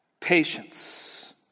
patience